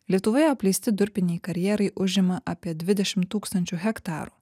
lietuvoje apleisti durpiniai karjerai užima apie dvidešim tūkstančių hektarų